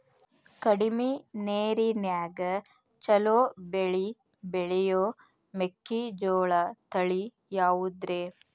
ಕಡಮಿ ನೇರಿನ್ಯಾಗಾ ಛಲೋ ಬೆಳಿ ಬೆಳಿಯೋ ಮೆಕ್ಕಿಜೋಳ ತಳಿ ಯಾವುದ್ರೇ?